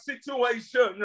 situation